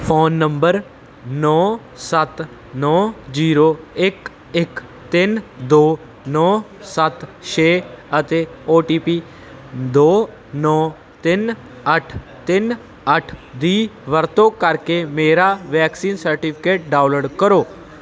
phone number ਨੌਂ ਸੱਤ ਨੌਂ ਜੀਰੋ ਇੱਕ ਇੱਕ ਤਿੰਨ ਦੋ ਨੌਂ ਸੱਤ ਛੇ ਅਤੇ ਓ ਟੀ ਪੀ ਦੋ ਨੌਂ ਤਿੰਨ ਅੱਠ ਤਿੰਨ ਅੱਠ ਦੀ ਵਰਤੋਂ ਕਰਕੇ ਮੇਰਾ ਵੈਕਸੀਨ ਸਰਟੀਫਿਕੇਟ ਡਾਊਨਲੋਡ ਕਰੋ